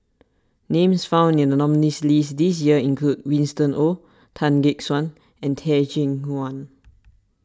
names found in the nominees' list this year include Winston Oh Tan Gek Suan and Teh Cheang Wan